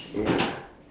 ya